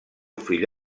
fill